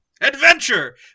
Adventure